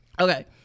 okay